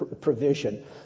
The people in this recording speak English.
provision